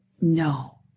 no